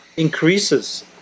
Increases